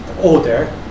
order